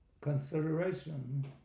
consideration